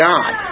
God